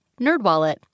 NerdWallet